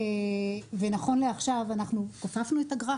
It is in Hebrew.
ונכון לעכשיו אנחנו כופפנו את הגרף